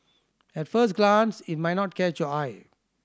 at first glance it might not catch your eye